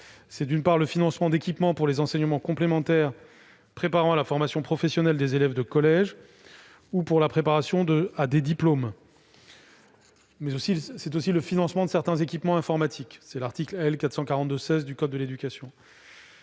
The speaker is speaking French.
s'agit, d'une part, du financement d'équipements pour les enseignements complémentaires préparant à la formation professionnelle des élèves de collège ou pour la préparation à des diplômes et, d'autre part, du financement de certains équipements informatiques- c'est l'article L. 442-16 du code précité.